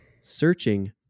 searching